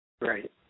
Right